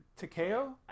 Takeo